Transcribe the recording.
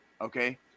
Okay